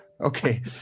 Okay